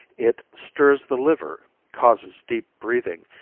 it stirs the liver, causes deep breathing,